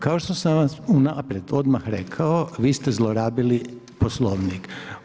Kao što sam vam unaprijed odmah rekao, vi ste zlorabili Poslovnik.